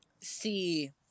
see